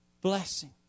blessing